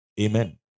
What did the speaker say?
Amen